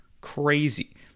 crazy